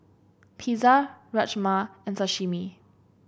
Pizza Rajma and Sashimi